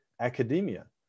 academia